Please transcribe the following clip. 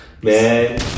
Man